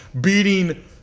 beating